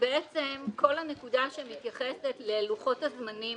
בעצם כל הנקודה שמתייחסת ללוחות הזמנים